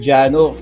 Jano